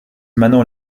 manon